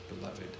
beloved